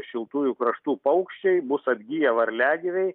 šiltųjų kraštų paukščiai bus atgiję varliagyviai